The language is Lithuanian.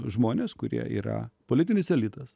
žmonės kurie yra politinis elitas